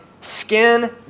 Skin